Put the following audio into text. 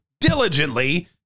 diligently